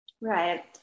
Right